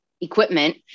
equipment